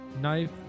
knife